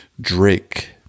Drake